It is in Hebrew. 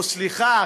או סליחה,